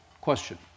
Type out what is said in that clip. question